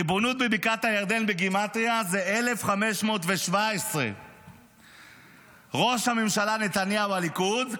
ריבונות בבקעת הירדן בגימטרייה זה 1,517. ראש הממשלה נתניהו הליכוד,